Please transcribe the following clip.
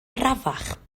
arafach